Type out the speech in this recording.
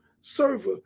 server